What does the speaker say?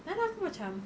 then aku macam